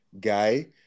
guy